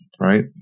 right